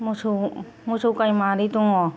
मोसौ मोसौ गाय मानै दङ